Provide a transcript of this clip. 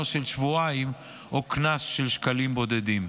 של שבועיים או קנס של שקלים בודדים.